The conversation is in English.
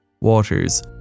Waters